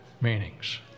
meanings